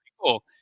cool